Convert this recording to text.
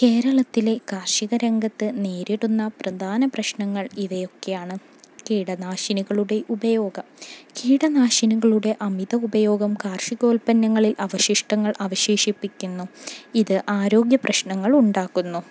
കേരളത്തിലെ കാർഷിക രംഗത്ത് നേരിടുന്ന പ്രധാന പ്രശ്നങ്ങൾ ഇവയൊക്കെയാണ് കീടനാശിനികളുടെ ഉപയോഗം കീടനാശിനികളുടെ അമിത ഉപയോഗം കാർഷികോൽപ്പന്നങ്ങളിൽ അവശിഷ്ടങ്ങൾ അവശേഷിപ്പിക്കുന്നു ഇത് ആരോഗ്യ പ്രശ്നങ്ങൾ ഉണ്ടാക്കുന്നു